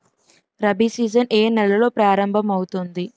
Rabi season ఏ నెలలో ప్రారంభమౌతుంది?